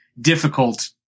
difficult